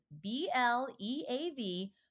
B-L-E-A-V